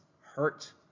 hurt